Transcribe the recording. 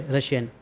Russian